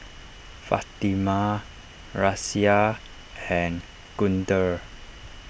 Fatimah Raisya and Guntur